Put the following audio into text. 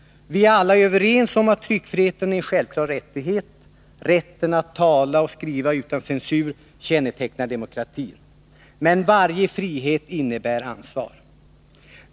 Vi är alla överens om att tryckfriheten är en självklar rättighet. Rätten att tala och skriva utan censur kännetecknar demokratin. Men varje frihet innebär ansvar.